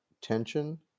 tension